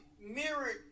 mirrored